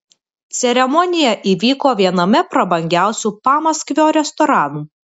ceremonija įvyko viename prabangiausių pamaskvio restoranų